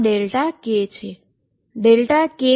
આ ΔK છે